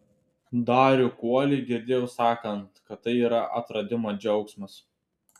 darių kuolį girdėjau sakant kad tai yra atradimo džiaugsmas